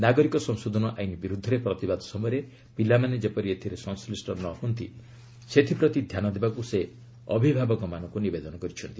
ନାଗରିକ ସଂଶୋଧନ ଆଇନ ବିରୁଦ୍ଧରେ ପ୍ରତିବାଦ ସମୟରେ ପିଲାମାନେ ଯେପରି ଏଥିରେ ସଂଶ୍ଳିଷ୍ଟ ନ ହୁଅନ୍ତି ସେଥିପ୍ରତି ଧ୍ୟାନ ଦେବାକୁ ସେ ଅଭିଭାବକମାନଙ୍କୁ ନିବେଦନ କରିଛନ୍ତି